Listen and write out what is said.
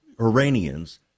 Iranians